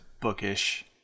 Bookish